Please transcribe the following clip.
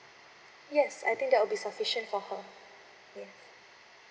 yes I think that will be sufficient for her ya